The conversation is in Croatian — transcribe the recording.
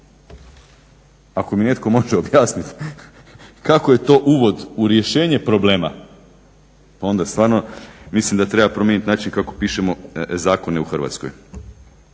Ako mi netko može objasniti kako je to uvod u rješenje problema, pa onda stvarno mislim da treba promijeniti način kako pišemo zakone u Hrvatskoj.